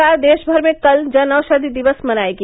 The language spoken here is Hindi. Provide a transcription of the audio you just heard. सरकार देशभर में कल जनऔषधि दिवस मनायेगी